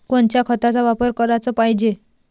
कोनच्या खताचा वापर कराच पायजे?